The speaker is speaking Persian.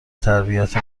تربیت